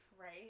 Right